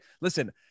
listen